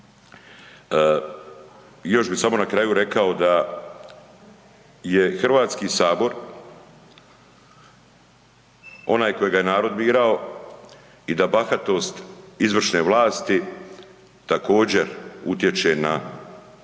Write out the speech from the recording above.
još bi samo na kraju rekao da je Hrvatski sabor onaj kojega je narod birao i da bahatost izvršne vlasti također utječe na naše